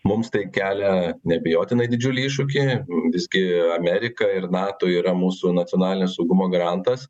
mums tai kelia neabejotinai didžiulį iššūkį visgi amerika ir nato yra mūsų nacionalinio saugumo garantas